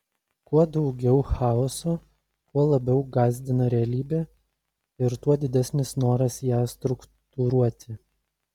kuo daugiau chaoso tuo labiau gąsdina realybė ir tuo didesnis noras ją struktūruoti